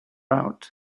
out